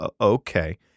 Okay